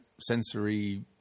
sensory